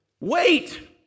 Wait